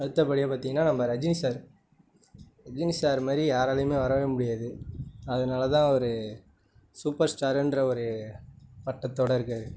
அடுத்தபடியாக பார்த்திங்கனா நம்ம ரஜினி சார் ரஜினி சார் மாதிரி யாராலேயுமே வரவே முடியாது அதனாலதான் அவரு சூப்பர் ஸ்டாருன்ற ஒரு பட்டத்தோடு இருக்கார்